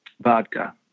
Vodka